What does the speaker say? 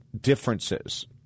differences